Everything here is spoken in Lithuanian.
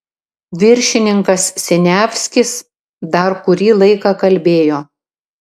viršininkas siniavskis dar kurį laiką kalbėjo